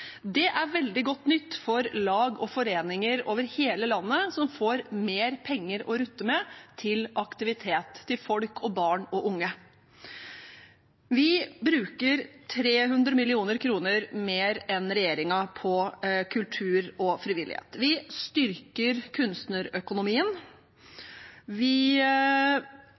Det er veldig godt nytt for lag og foreninger over hele landet, som får mer penger å rutte med til aktivitet for folk og barn og unge. Vi bruker 300 mill. kr mer enn den forrige regjeringen på kultur og frivillighet. Vi styrker kunstnerøkonomien. Vi